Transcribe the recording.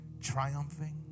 Triumphing